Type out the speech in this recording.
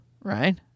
Right